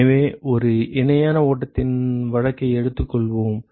எனவே ஒரு இணையான ஓட்டத்தின் வழக்கை எடுத்துக்கொள்வோம்